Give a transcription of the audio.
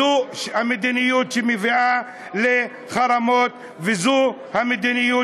זו המדיניות שמביאה לחרמות וזו המדיניות